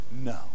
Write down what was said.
No